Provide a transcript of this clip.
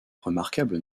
remarquable